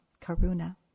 karuna